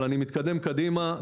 אני מתקדם קדימה.